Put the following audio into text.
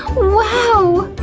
wow!